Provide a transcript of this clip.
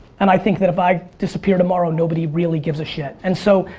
and i think that if i disappear tomorrow, nobody really gives a shit. and, so,